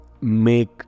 make